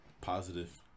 positive